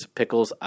pickles